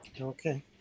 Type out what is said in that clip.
Okay